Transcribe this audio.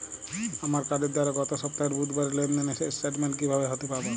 আমার কার্ডের দ্বারা গত সপ্তাহের বুধবারের লেনদেনের স্টেটমেন্ট কীভাবে হাতে পাব?